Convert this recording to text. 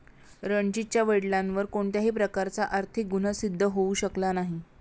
रणजीतच्या वडिलांवर कोणत्याही प्रकारचा आर्थिक गुन्हा सिद्ध होऊ शकला नाही